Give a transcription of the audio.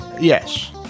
Yes